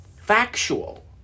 factual